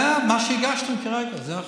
מה שהגשנו כרגע זה החוק.